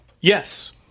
Yes